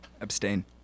abstain